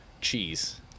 cheese